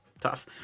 tough